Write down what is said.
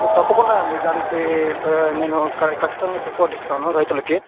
తప్పకుండా అండి దానికీ ప్ర నేను ఖ ఖచ్చితంగా సపోర్ట్ ఇస్తాను రైతులకు